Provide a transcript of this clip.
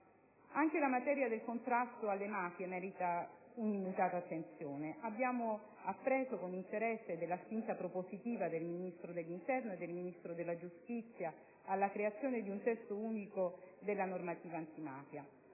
Anche la materia del contrasto alle mafie merita un'immutata attenzione: abbiamo appreso con interesse della spinta propositiva del Ministro dell'interno e del Ministro della giustizia alla creazione di un testo unico della normativa antimafia.